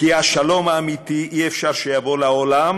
כי "השלום האמיתי אי-אפשר שיבוא לעולם